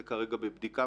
זה כרגע בבדיקה,